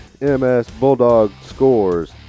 MSBulldogScores